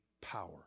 power